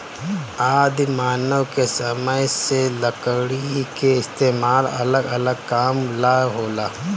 आदि मानव के समय से लकड़ी के इस्तेमाल अलग अलग काम ला होला